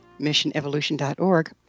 missionevolution.org